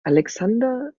alexander